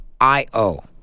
I-O